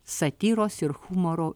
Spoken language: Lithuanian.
satyros ir humoro